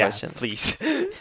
please